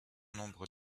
nombre